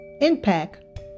impact